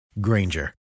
Granger